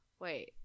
wait